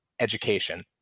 education